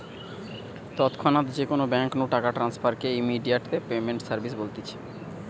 তৎক্ষণাৎ যে কোনো বেঙ্ক নু টাকা ট্রান্সফার কে ইমেডিয়াতে পেমেন্ট সার্ভিস বলতিছে